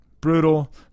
Brutal